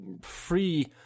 free